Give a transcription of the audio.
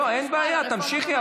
אין בעיה, תמשיכי.